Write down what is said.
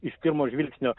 iš pirmo žvilgsnio